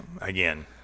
Again